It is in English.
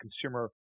consumer